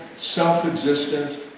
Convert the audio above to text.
self-existent